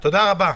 תודה רבה.